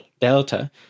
delta